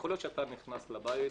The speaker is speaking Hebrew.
יכול להיות שאתה נכנס לבית,